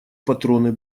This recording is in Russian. патроны